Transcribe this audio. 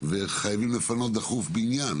וחייבים לפנות דחוף בניין.